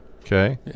Okay